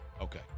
Okay